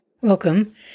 Welcome